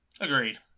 Agreed